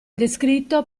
descritto